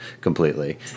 completely